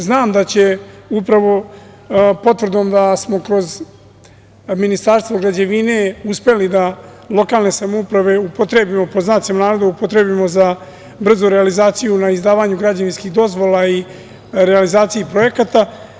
Znam da će upravo potvrdom da smo kroz Ministarstvo građevine uspeli da lokalne samouprave upotrebimo, pod znacima navoda – upotrebimo, za brzu realizaciju na izdavanju građevinskih dozvola i realizaciji projekata.